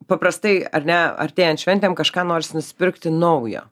paprastai ar ne artėjant šventėms kažką norisi nusipirkti naujo